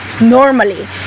normally